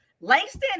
Langston